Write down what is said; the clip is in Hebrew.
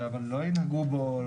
אבל ינהגו בו,